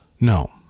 No